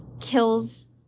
kills